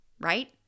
right